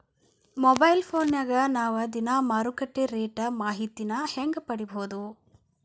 Mobile ಫೋನ್ಯಾಗ ನಾವ್ ದಿನಾ ಮಾರುಕಟ್ಟೆ ರೇಟ್ ಮಾಹಿತಿನ ಹೆಂಗ್ ಪಡಿಬೋದು?